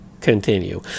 continue